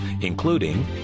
including